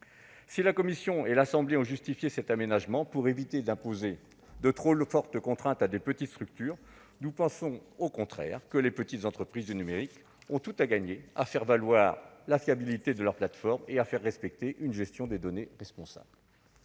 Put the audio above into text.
Si la commission et l'Assemblée nationale ont justifié cet aménagement pour éviter d'imposer « de trop fortes contraintes à de petites structures », nous pensons au contraire que les petites entreprises du numérique ont tout à gagner à faire valoir la fiabilité de leurs plateformes et à faire respecter une gestion responsable